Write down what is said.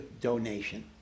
donation